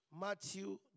Matthew